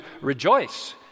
rejoice